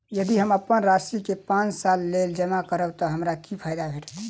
यदि हम अप्पन राशि केँ पांच सालक लेल जमा करब तऽ हमरा की फायदा भेटत?